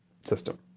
system